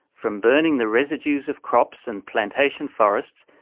from burning the residues of crops and plantation forests,